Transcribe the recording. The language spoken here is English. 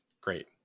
Great